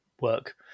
work